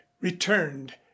returned